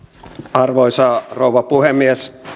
arvoisa rouva puhemies